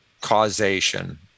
causation